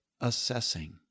assessing